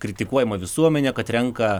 kritikuojama visuomenė kad renka